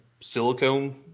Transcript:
silicone